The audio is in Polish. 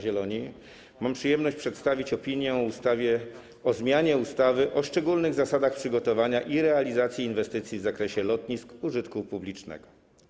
Zieloni mam przyjemność przedstawić opinię o projekcie ustawy o zmianie ustawy o szczególnych zasadach przygotowania i realizacji inwestycji w zakresie lotnisk użytku publicznego.